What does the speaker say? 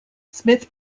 smith